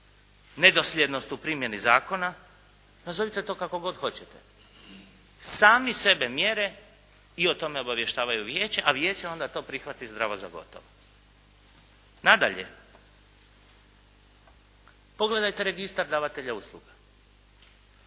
nedosljednost u primjeni zakona? Nazovite to kako god hoćete. Sami sebe mjere i o tome obavještavaju vijeće, a vijeće onda to prihvati zdravo za gotovo. Nadalje, pogledajte registar davatelja usluga.